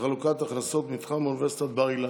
וחלוקת הכנסות, מתחם אוניברסיטת בר-אילן.